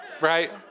right